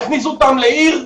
יכניסו אותם לעיר,